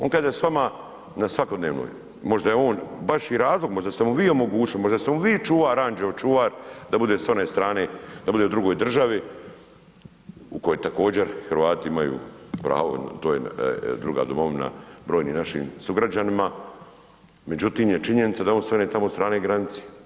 On kaže da je s vama na svakodnevnoj, možda je on baš i razlog, možda ste mu vi omogućili, možda ste mu vi čuvar, anđeo čuvar da bude s one strane, da bude u drugoj državi u kojoj također Hrvati imaju pravo, to je druga domovina brojnim našim sugrađanima, međutim je činjenica da je on s one tamo strane granice.